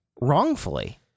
wrongfully